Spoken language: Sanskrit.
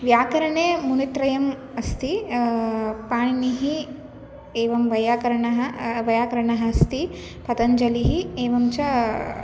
व्याकरणे मुनित्रयम् अस्ति पाणिनिः एवं वैय्याकरणः वैयाकरणः अस्ति पतञ्जलिः एवं च